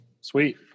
Sweet